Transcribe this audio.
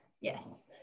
Yes